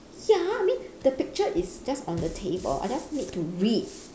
ya I mean the picture is just on the table I just need to read